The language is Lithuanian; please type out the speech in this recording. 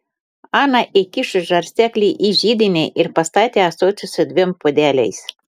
ana įkišo žarsteklį į židinį ir pastatė ąsotį su dviem puodeliais